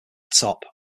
top